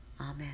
Amen